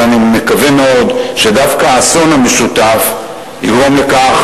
אבל אני מקווה מאוד שדווקא האסון המשותף יגרום לכך